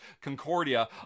Concordia